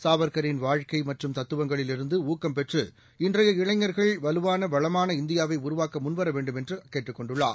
சாவர்க்கரின் வாழ்க்கைமற்றும் தத்துவங்களில் இருந்துஊக்கம் பெற்று இன்றைய இஇளைஞர்கள் வலுவான வளமான இந்தியாவைஉருவாக்கமுன்வரவேண்டும் என்றுகேட்டுக் கொண்டுள்ளார்